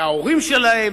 וההורים שלהם,